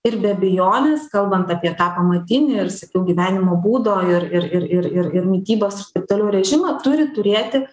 ir be abejonės kalbant apie tą pamatinį ir sakiau gyvenimo būdo ir ir ir ir ir ir mitybos ir taip toliau režimą turi turėti